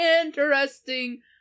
interesting